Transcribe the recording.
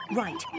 right